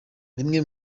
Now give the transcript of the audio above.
bimwe